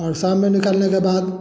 और शाम में निकालने के बाद